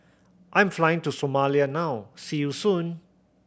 I'm flying to Somalia now see you soon